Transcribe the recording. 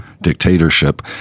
dictatorship